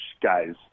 guys